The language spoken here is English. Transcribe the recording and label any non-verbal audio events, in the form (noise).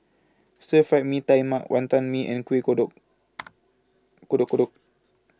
Stir Fried Mee Tai Mak Wantan Mee and Kuih Kodok (noise) Kodok Kodok